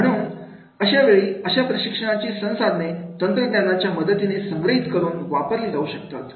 म्हणून अशावेळी अशा प्रकारची संसाधने तंत्रज्ञानाच्या मदतीने संग्रहित करून वापरली जाऊ शकतात